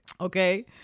Okay